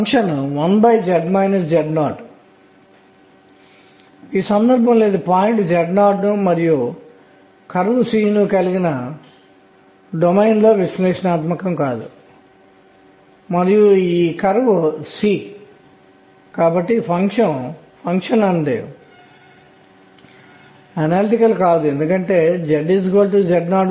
electron విషయంలో ఏమి కనుగొనబడింది అయితే ఎలక్ట్రాన్ల స్పిన్ మరియు సంబంధిత మ్యాగ్నెటిక్ మొమెంట్ s